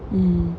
mmhmm